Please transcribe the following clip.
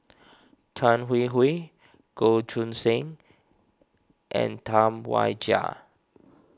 Tan Hwee Hwee Goh Choo San and Tam Wai Jia